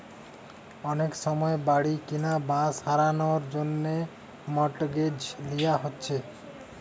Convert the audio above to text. অনেক সময় বাড়ি কিনা বা সারানার জন্যে মর্টগেজ লিয়া হচ্ছে